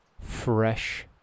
fresh